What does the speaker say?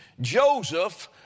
Joseph